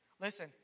Listen